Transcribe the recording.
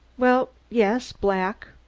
well, yes black.